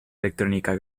electrónica